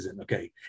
okay